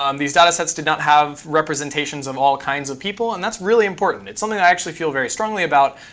um these data sets did not have representations of all kinds of people, and that's really important. it's something i actually feel very strongly about